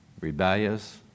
rebellious